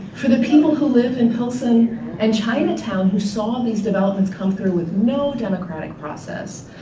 for the people who live in pilsen and chinatown who saw these developments come through with no democratic process,